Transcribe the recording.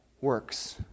works